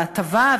בהטבה,